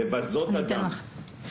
לבזות אדם,